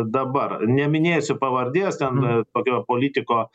dabar neminėsiu pavardės ten tokio politiko